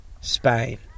Spain